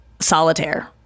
Solitaire